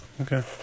Okay